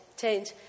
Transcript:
change